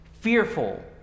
fearful